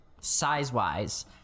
size-wise